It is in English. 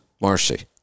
Marcy